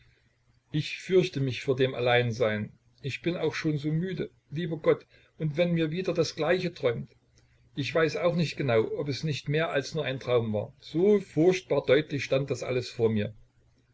ich fürchte mich vor dem alleinsein ich bin auch schon so müde lieber gott und wenn mir wieder das gleiche träumt ich weiß auch nicht genau ob es nicht mehr als nur ein traum war so furchtbar deutlich stand das alles vor mir